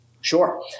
Sure